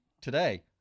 today